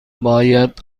باید